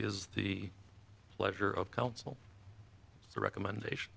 is the pleasure of counsel recommendation